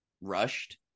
rushed